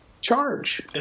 Charge